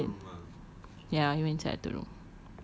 like in the middle ya he went inside atuk room